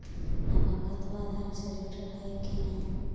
हमर खतबा अधार से जुटल हई कि न?